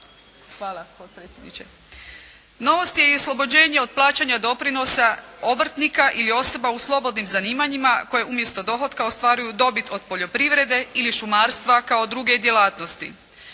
ili od sporednog zanimanja. Novost je i oslobođenje od plaćanja doprinosa obrtnika ili osoba u slobodnim zanimanjima koje umjesto od dohotka ostvaruju dobit od poljoprivrede ili šumarstva kao druge djelatnosti.